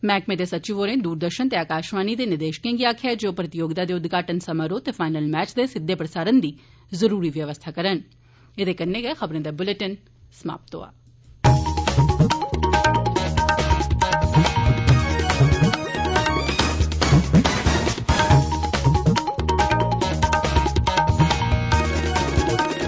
मैह्कमें दे सचिव होरें दूरदर्शन ते आकाशवाणी दे निदेशक गी आक्खेआ जे ओह् प्रतियोगिता दे उद्घाटन समारोह ते फाईनल मैचें दे सिद्दे प्रसारण दी जरूरी व्यवस्था करै